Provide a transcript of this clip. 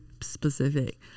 specific